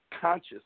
conscious